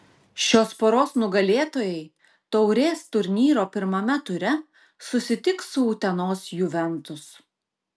šios poros nugalėtojai taurės turnyro pirmame ture susitiks su utenos juventus